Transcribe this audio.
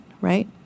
right